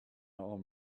arm